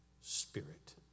Spirit